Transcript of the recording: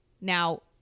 now